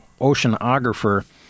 oceanographer